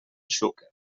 xúquer